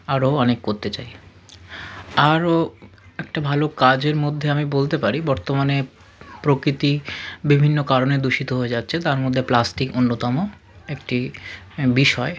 আরও অনেক করতে চাই আরও একটা ভালো কাজের মধ্যে আমি বলতে পারি বর্তমানে প্রকৃতি বিভিন্ন কারণে দূষিত হয়ে যাচ্ছে তার মধ্যে প্লাস্টিক অন্যতম একটি বিষয়